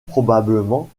probablement